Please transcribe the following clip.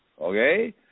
Okay